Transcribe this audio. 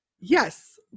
Yes